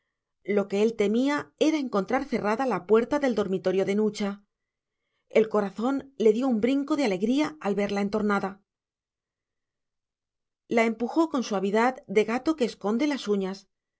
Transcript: lo que él temía era encontrar cerrada la puerta del dormitorio de nucha el corazón le dio un brinco de alegría al verla entornada la empujó con suavidad de gato que esconde las uñas